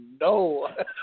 no